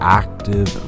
active